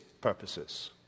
purposes